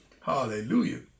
Hallelujah